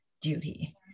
duty